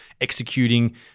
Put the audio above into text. executing